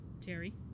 Terry